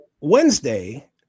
Wednesday